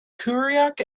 kerouac